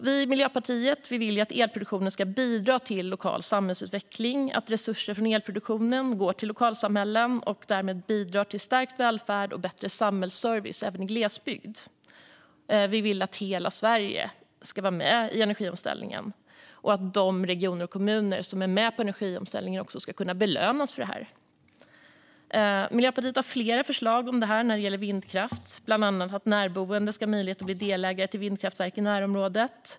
Vi i Miljöpartiet vill att elproduktionen ska bidra till lokal samhällsutveckling och att resurser från elproduktionen ska gå till lokalsamhällen och därmed bidra till stärkt välfärd och bättre samhällsservice även i glesbygd. Vi vill att hela Sverige ska vara med i energiomställningen och att de regioner och kommuner som är med på energiomställningen också ska kunna belönas för det. Miljöpartiet har flera förslag om detta när det gäller vindkraft, bland annat att närboende ska ha möjlighet att bli delägare i vindkraftverk i närområdet.